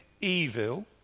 evil